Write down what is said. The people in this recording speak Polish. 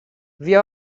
wie